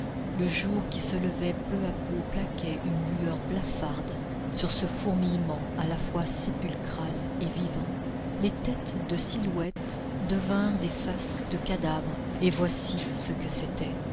le jour qui se levait peu à peu plaquait une lueur blafarde sur ce fourmillement à la fois sépulcral et vivant les têtes de silhouettes devinrent des faces de cadavres et voici ce que c'était